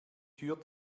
tür